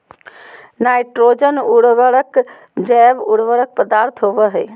nitrogen उर्वरक जैव उर्वरक पदार्थ होबो हइ